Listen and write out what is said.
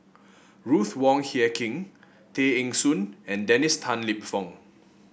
Ruth Wong Hie King Tay Eng Soon and Dennis Tan Lip Fong